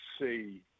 see